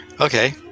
Okay